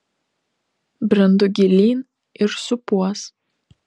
brendu gilyn ir supuos